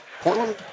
Portland